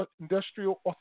Industrial